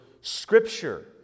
Scripture